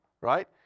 right